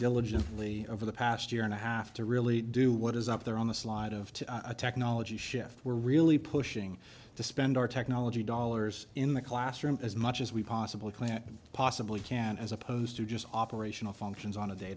diligently over the past year and a half to really do what is up there on the slide of a technology shift we're really pushing to spend our technology dollars in the classroom as much as we possibly plant possibly can as opposed to just operational functions on a day